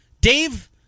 Dave